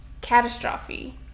catastrophe